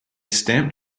stamp